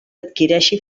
adquireixi